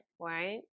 right